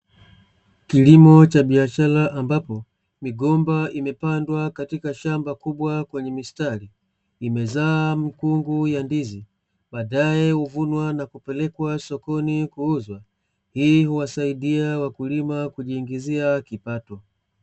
Kilimo cha biashara ambapo, migomba imepandwa katika shamba kubwa kwenye mistari, imezaa mikungu ya ndizi badaye huvunwa na kupelekwa sokoni kuuzwa, hii huwasaidia wakulima kujiingizia kipato.